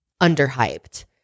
underhyped